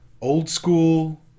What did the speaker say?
old-school